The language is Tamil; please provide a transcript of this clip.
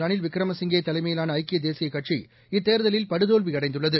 ரனில் விக்கிரமசிங்கேதலைமையிலானஐக்கியதேசியக் கட்சி இத்தேர்தலில் படுதோல்விஅடைந்துள்ளது